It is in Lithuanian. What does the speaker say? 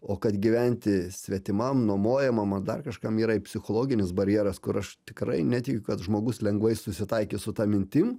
o kad gyventi svetimam nuomojamam ar dar kažkam yra ir psichologinis barjeras kur aš tikrai netikiu kad žmogus lengvai susitaikys su ta mintim